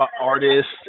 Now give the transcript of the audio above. artists